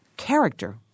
Character